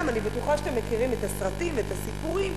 אני בטוחה שאתם מכירים את הסרטים ואת הסיפורים,